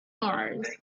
mars